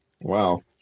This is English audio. Wow